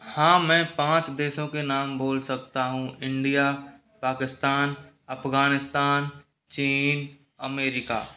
हाँ मैं पाँच देशों के नाम बोल सकता हूँ इंडिया पाकिस्तान अफगानिस्तान चीन अमेरीका